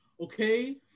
Okay